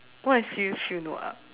what is see you fill no up